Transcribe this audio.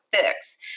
fix